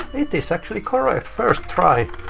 it is actually correct! first try!